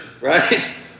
right